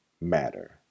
matter